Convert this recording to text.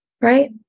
right